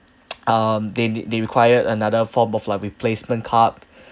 um they they require another form of like replacement cup